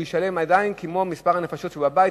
הוא ישלם עדיין כמו מספר הנפשות שבבית,